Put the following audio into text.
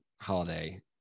holiday